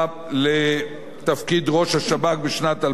לתפקיד ראש השב"כ בשנת 2000,